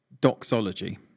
doxology